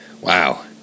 Wow